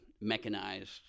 mechanized